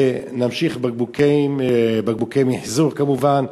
ונמשיך בבקבוקי מיחזור, כמובן,